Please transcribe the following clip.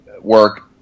work